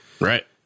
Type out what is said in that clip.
Right